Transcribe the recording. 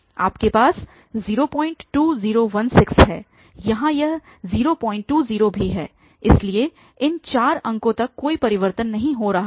आपके पास 02016 है यहाँ यह 020 भी है इसलिए इन चार अंकों तक कोई परिवर्तन नहीं हो रहा है